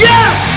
Yes